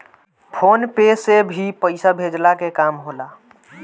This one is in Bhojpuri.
फ़ोन पे से भी पईसा भेजला के काम होला